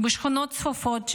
בשכונות צפופות,